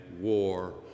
war